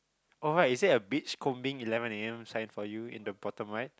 alright is there a beach combing eleven a_m sign for you in the bottom right